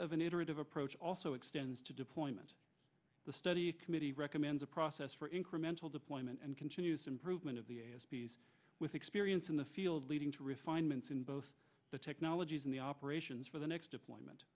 of an iterative approach also extends to deployment the study committee recommends a process for incremental deployment and continuous improvement of the a s p s with experience in the field leading to refinements in both the technologies and the operations for the next deployment